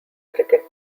cricket